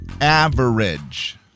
average